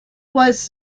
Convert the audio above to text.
was